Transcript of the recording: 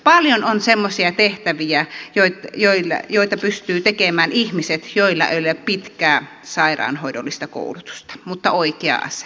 paljon on semmoisia tehtäviä joita pystyvät tekemään ihmiset joilla ei ole pitkää sairaanhoidollista koulutusta mutta oikea asenne